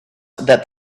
that